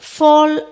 fall